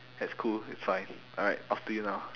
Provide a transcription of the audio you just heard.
that's cool that's fine alright off to you now